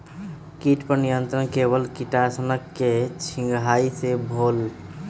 किट पर नियंत्रण केवल किटनाशक के छिंगहाई से होल?